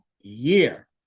year